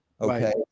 Okay